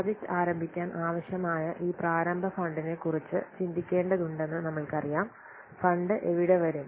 project ആരംഭിക്കാൻ ആവശ്യമായ ഈ പ്രാരംഭ ഫണ്ടിനെക്കുറിച്ച് ചിന്തിക്കേണ്ടതുണ്ടെന്ന് നമ്മൾക്കറിയാം ഫണ്ട് എവിടെ വരും